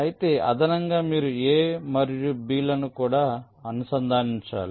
అయితే అదనంగా మీరు A మరియు B లను కూడా అనుసంధానించాలి